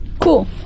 Cool